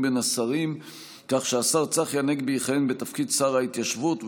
בין השרים כך שהשר צחי הנגבי יכהן בתפקיד שר ההתיישבות,